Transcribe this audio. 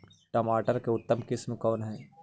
टमाटर के उतम किस्म कौन है?